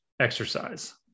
exercise